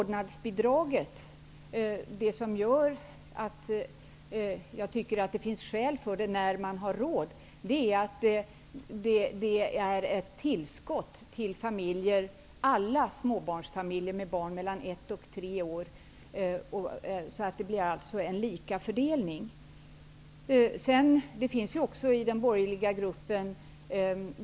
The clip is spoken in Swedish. Det som gör att jag tycker att det finns skäl att införa ett vårdnadsbidrag när man har råd, är att det är ett tillskott till alla småbarnsfamiljer med barn mellan ett och tre år. Fördelningen blir alltså lika. Det finns också mycket viktiga ting som förenar den borgerliga gruppen.